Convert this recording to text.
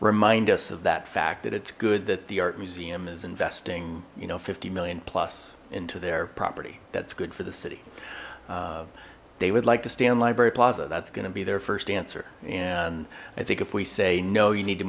remind us of that fact that it's good that the art museum is investing you know fifty million plus into their property that's good for the city they would like to stay on library plaza that's gonna be their first answer and i think if we say no you need to